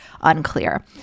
unclear